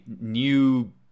new